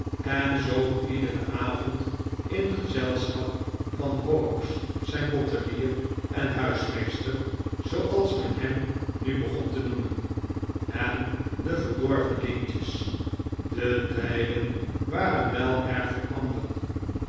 en zoop iederen avond in gezelschap van horrocks zijn bottelier en huismeester zobals men hem nu begon te noemen en de verdorven lintjes de tijden waren wel erg veranderd